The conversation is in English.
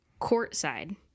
courtside